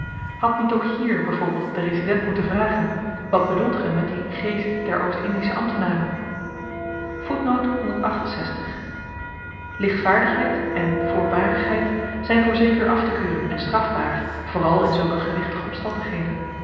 had niet ook hier byv de resident moeten vragen wat bedoelt ge met dien geest der oostindische ambtenaren ligtvaardigheid en voorbarigheid zyn voorzeker aftekeuren en strafbaar vooral in zulke gewichtige omstandigheden